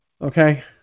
Okay